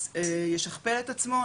ישכפל את עצמו,